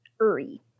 Uri